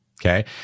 Okay